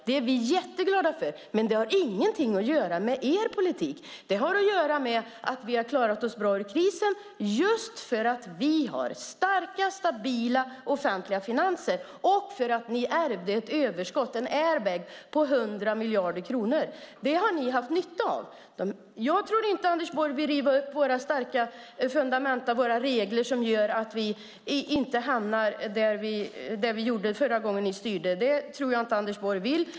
Det är vi glada för, men det har inget med er politik att göra. Det har att göra med att vi klarade oss bra ur krisen tack vare att Sverige har starka och stabila offentliga finanser och att ni ärvde ett överskott, en airbag, på 100 miljarder kronor. Det har ni haft nytta av. Jag tror inte att Anders Borg vill riva upp våra starka fundamenta och regler som gör att vi inte hamnar där vi hamnade förra gången ni styrde.